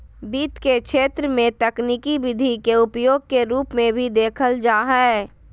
वित्त के क्षेत्र में तकनीकी विधि के उपयोग के रूप में भी देखल जा हइ